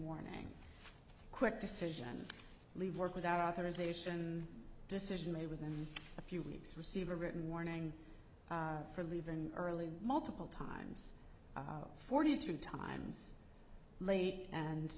warning quick decision to leave work without authorization decision may within a few weeks receive a written warning for leaving early multiple times forty two times late and